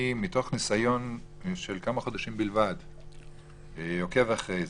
מתוך ניסיון של כמה חודשים בלבד שאני עוקב אחרי זה,